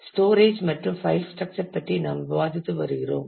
storage மற்றும் file structure பற்றி நாம் விவாதித்து வருகிறோம்